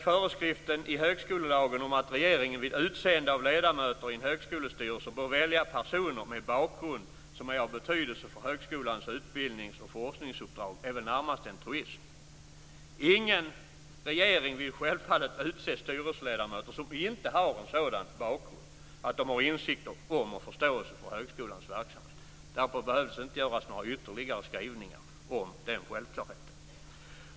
Föreskriften i högskolelagen om att regeringen vid utseende av ledamöter i en högskolestyrelse bör välja personer med bakgrund som är av betydelse för högskolans utbildnings och forskningsuppdrag är närmast en truism. Ingen regering vill självfallet utse styrelseledamöter som inte har en sådan bakgrund att de har insikt om och förståelse för högskolans verksamhet. Det behöver därför inte göras några ytterligare skrivningar om den självklarheten.